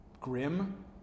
grim